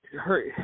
hurt